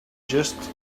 just